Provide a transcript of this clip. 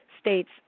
States